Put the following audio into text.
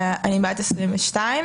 אני בת 22,